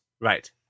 right